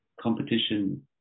competition